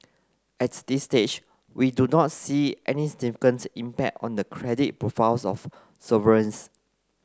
at this stage we do not see any significant impact on the credit profiles of sovereigns